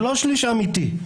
זה לא שליש אמתי.